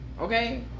Okay